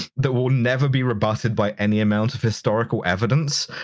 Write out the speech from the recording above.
that will never be rebutted by any amount of historical evidence?